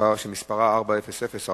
שמספרה 400,